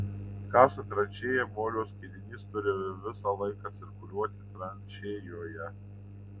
kasant tranšėją molio skiedinys turi visą laiką cirkuliuoti tranšėjoje